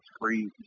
free